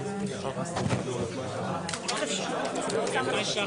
13:24.